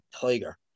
tiger